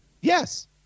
Yes